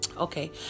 okay